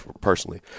personally